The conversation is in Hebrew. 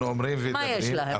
מה יש להם?